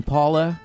Paula